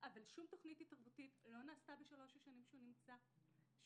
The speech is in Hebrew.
אבל שום תוכנית התערבותית לא נעשתה בשלוש השנים שהוא נמצא שם,